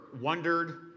wondered